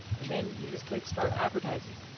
and then you just click start advertising.